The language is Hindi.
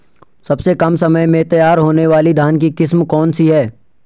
सबसे कम समय में तैयार होने वाली धान की किस्म कौन सी है?